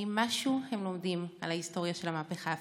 האם הם לומדים משהו על ההיסטוריה של המהפכה הפמיניסטית?